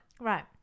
right